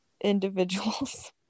individuals